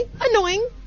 Annoying